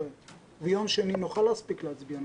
ביום שני נוכל להספיק להצביע?